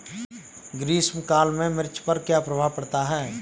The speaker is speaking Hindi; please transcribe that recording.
ग्रीष्म काल में मिर्च पर क्या प्रभाव पड़ता है?